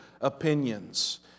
opinions